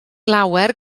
lawer